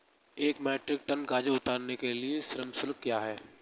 एक metric tonne गाजर उतारने के लिए श्रम शुल्क क्या है?